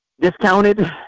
discounted